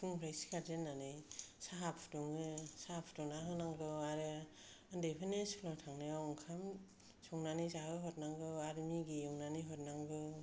आङो फुंनिफ्रय सिखारजेननानै साहा फुदुङो साहा फुदुंनानै होनांगौ आरो उन्दैफोरनो स्कुल आव थांनायाव ओंखाम संनानै जाहो हरनांगौ आरो मेगि एउनानै हरनांगौ